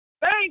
Thank